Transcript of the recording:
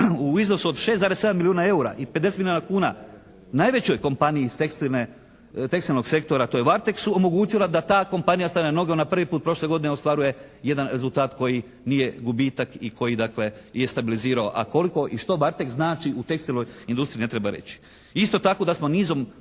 u iznosu od 6,7 milijuna EUR-a i 50 milijuna kuna najvećoj kompaniji iz tekstilne, tekstilnog sektora to je Varteksu omogućila da ta kompanija stane na noge. Ona prvi put prošle godine ostvaruje jedan rezultat koji nije gubitak i koji dakle je stabilizirao, a koliko i što Varteks znači u tekstilnoj industriji ne treba reći. Isto tako da smo nizom